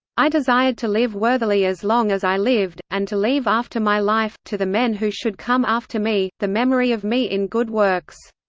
i desired to live worthily as long as i lived, and to leave after my life, to the men who should come after me, the memory of me in good works.